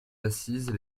assises